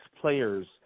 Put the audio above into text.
players